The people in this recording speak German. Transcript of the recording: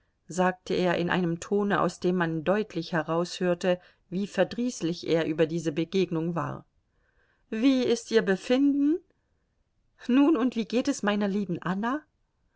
sagte er in einem tone aus dem man deutlich heraushörte wie verdrießlich er über diese begegnung war wie ist ihr befinden nun und wie geht es meiner lieben anna